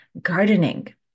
gardening